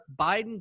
Biden